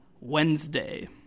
Wednesday